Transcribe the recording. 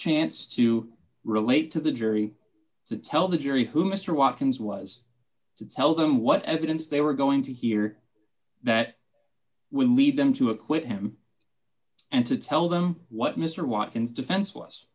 chance to relate to the jury d to tell the jury who mr watkins was to tell them what evidence they were going to hear that would lead them to acquit him and to tell them what mr watkins defense